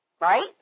Right